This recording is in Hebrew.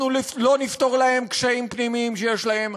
אנחנו לא נפתור להם קשיים פנימיים שיש להם,